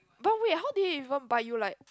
but wait how did it even bite you like